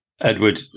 Edward